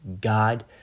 God